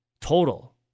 total